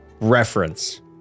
reference